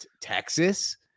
texas